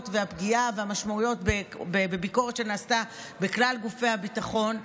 והפגיעה והמשמעויות בביקורת שנעשתה בכלל גופי הביטחון.